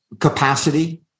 capacity